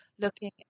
looking